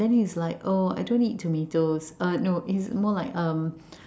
then he's like oh I don't eat tomatoes uh no is more like um